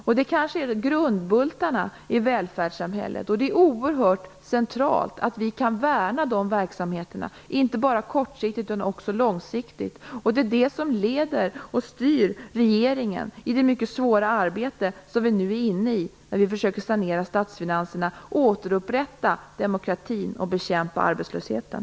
Det är kanske grundbultarna i välfärdssamhället, och det är oerhört centralt att vi kan värna dessa verksamheter, inte bara kortsiktigt utan också långsiktigt. Det är det som leder och styr regeringen i det mycket svåra arbete som vi nu är mitt inne i när vi försöker att sanera statsfinanserna, återupprätta demokratin och bekämpa arbetslösheten.